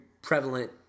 Prevalent